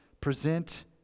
present